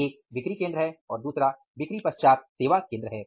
एक बिक्री केंद्र है और दूसरा बिक्री पश्चात सेवा केंद्र है